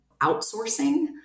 outsourcing